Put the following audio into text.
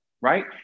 right